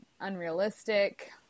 unrealistic